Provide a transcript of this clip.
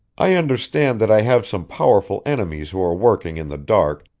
i understand that i have some powerful enemies who are working in the dark,